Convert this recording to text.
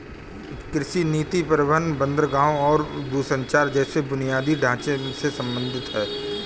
कृषि नीति परिवहन, बंदरगाहों और दूरसंचार जैसे बुनियादी ढांचे से संबंधित है